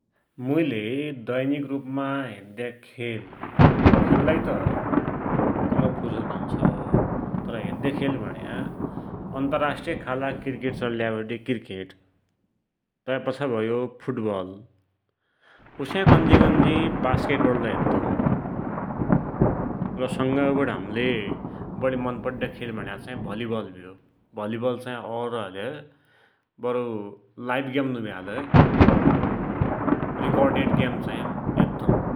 मुइले दैनिक रुपमा हेद्या खेल, खेल्लाकी त कमै फुर्सद हुन्छ, तर हेद्या खेल भुण्या अन्तराष्ट्रिय खालका क्रिकेट चलिर्या क्रिकेट, तैपाछा भयो फुटवल, उस्या कन्जीकन्जी वास्केटबल लै हेद्दु, र संगै हमले मन पड्या खेल भुण्या चाही भलिवल भ्यो, भलिवल चाही और है लै वरु लाइभ ग्याम नभया लै रिकर्डेड ग्याम चाही हेद्दु ।